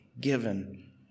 given